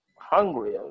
hungry